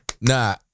Nah